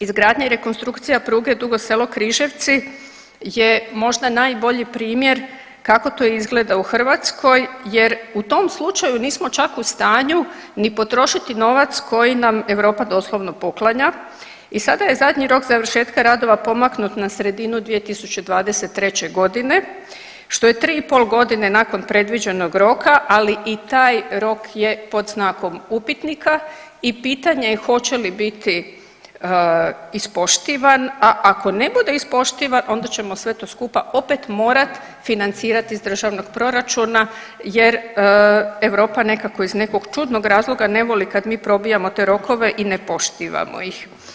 Izgradnja i rekonstrukcija pruge Dugo Selo-Križevci je možda najbolji primjer kako to izgleda u Hrvatskoj jer u tom slučaju nismo čak u stanju ni potrošiti novac koji nam Europa doslovno poklanja i sada je zadnji rok završetka radova pomaknut na sredinu 2023.g. što je 3,5.g. nakon predviđenog roka, ali i taj rok je pod znakom upitnika i pitanje je hoće li biti ispoštivan, a ako ne bude ispoštivan onda ćemo sve to skupa opet morat financirat iz državnog proračuna jer Europa nekako iz nekog čudnog razloga ne voli kad mi probijamo te rokove i ne poštivamo ih.